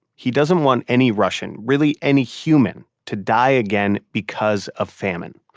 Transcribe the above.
he doesn't want any russian, really any human, to die again because of famine.